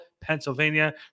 Pennsylvania